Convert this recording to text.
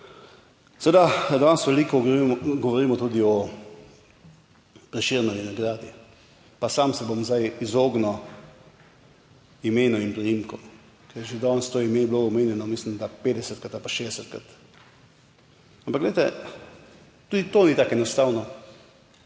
Danes veliko govorimo tudi o Prešernovi nagradi, pa sam se bom zdaj izognil imenu in priimkom, ker je že danes to ime je bilo omenjeno mislim, da 50-krat ali pa, 60-krat ampak glejte, tudi to ni tako enostavno.